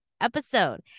episode